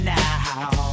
now